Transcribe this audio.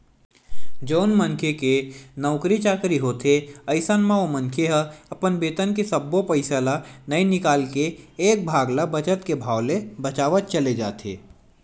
जउन मनखे के नउकरी चाकरी होथे अइसन म ओ मनखे ह अपन बेतन के सब्बो पइसा ल नइ निकाल के एक भाग ल बचत के भाव ले बचावत चले जाथे